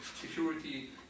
Security